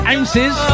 Ounces